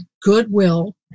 goodwill